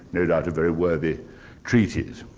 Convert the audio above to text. no doubt, a very worthy treatise.